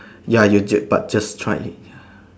ya you but just try it ya